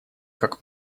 как